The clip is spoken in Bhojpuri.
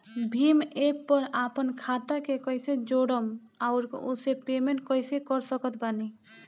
भीम एप पर आपन खाता के कईसे जोड़म आउर ओसे पेमेंट कईसे कर सकत बानी?